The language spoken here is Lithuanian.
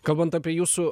kalbant apie jūsų